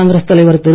காங்கிரஸ் தலைவர் திரு